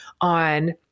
on